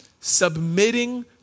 Submitting